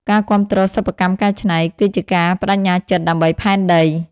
ការគាំទ្រសិប្បកម្មកែច្នៃ គឺជាការប្តេជ្ញាចិត្តដើម្បីផែនដី។